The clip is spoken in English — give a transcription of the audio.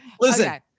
Listen